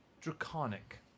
draconic